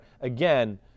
again